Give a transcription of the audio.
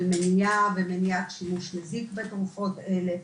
מניעה ומניעת שימוש מזיק בתרופות אלה.